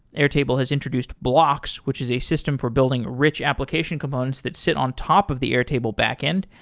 air table has introduced blocks, which is a system for building rich application components that sit on top of the airtable backend.